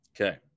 Okay